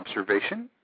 observation